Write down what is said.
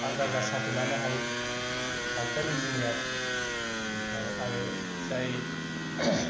आलदा आलदा साख्रि लानो हायो डाक्टार इनजिनियार ओमफाय आरो जाय